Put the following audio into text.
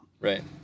Right